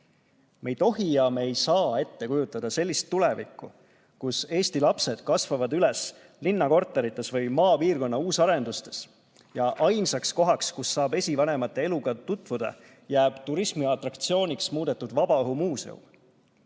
ei tohi ja me ei saa ette kujutada sellist tulevikku, kus Eesti lapsed kasvavad üles linnakorterites või maapiirkonna uusarendustes ja ainsaks kohaks, kus saab esivanemate eluga tutvuda, jääb turismiatraktsiooniks muudetud vabaõhumuuseum.